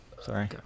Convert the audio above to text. sorry